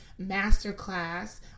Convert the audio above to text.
masterclass